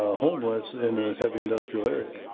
ah homeless in a heavy industrial area.